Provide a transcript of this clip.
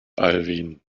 alwin